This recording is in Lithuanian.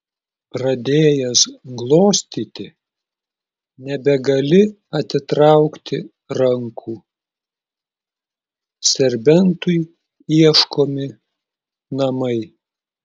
pradėjęs glostyti nebegali atitraukti rankų serbentui ieškomi namai